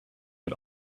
but